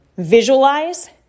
visualize